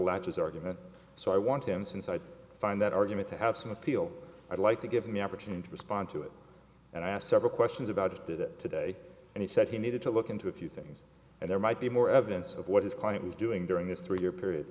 latter's argument so i want him since i find that argument to have some appeal i'd like to give me opportunity to respond to it and i asked several questions about it did it today and he said he needed to look into a few things and there might be more evidence of what his client was doing during this three year period